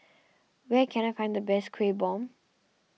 where can I find the best Kueh Bom